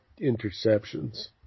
interceptions